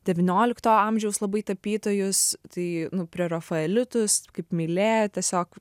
devyniolikto amžiaus labai tapytojus tai nu prerafaelitus kaip mylė tiesiog